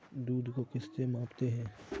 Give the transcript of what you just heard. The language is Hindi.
दूध को किस से मापते हैं?